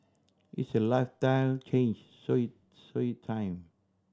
it's a lifestyle change so it so it time